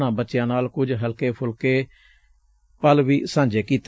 ਉਨ੍ਹਾਂ ਬੱਚਿਆਂ ਨਾਲ ਕੁਝ ਹਲਕੇ ਫੁਲਕੇ ਪਲ ਵੀ ਸਾਂਝੇ ਕੀਤੇ